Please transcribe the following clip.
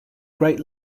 great